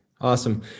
Awesome